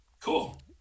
Cool